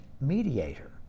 mediator